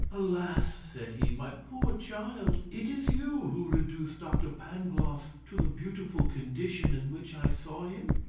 alas! said he, my poor child, it is you who reduced doctor pangloss to the beautiful condition in which i saw him?